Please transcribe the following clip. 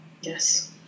Yes